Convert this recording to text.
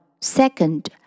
Second